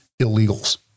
illegals